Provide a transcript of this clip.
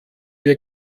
wir